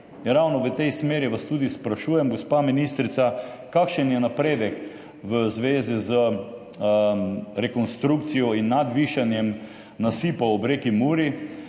ravno v tej smeri vas tudi sprašujem, gospa ministrica: Kakšen je napredek v zvezi z rekonstrukcijo in nadvišanjem nasipa ob reki Muri?